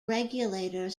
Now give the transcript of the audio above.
regulator